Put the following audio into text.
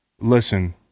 listen